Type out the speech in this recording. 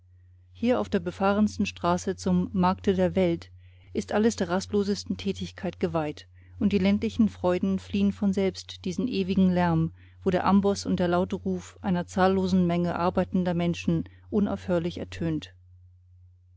hier auf der befahrensten straße zum markte der welt ist alles der rastlosesten tätigkeit geweiht und die ländlichen freuden fliehen von selbst diesen ewigen lärm wo der amboß und der laute ruf einer zahllosen menge arbeitender menschen unaufhörlich ertönt